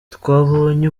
twabonye